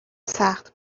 سخت